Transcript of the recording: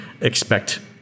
expect